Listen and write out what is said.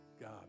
God